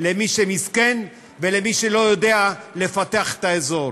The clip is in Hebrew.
למי שמסכן ולמי שלא יודע לפתח את האזור.